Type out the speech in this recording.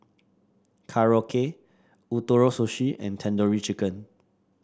Korokke Ootoro Sushi and Tandoori Chicken